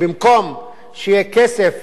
במקום שיהיה כסף